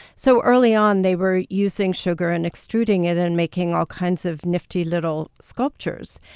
so early on, they were using sugar and extruding it, and making all kinds of nifty little sculptures.